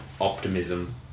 optimism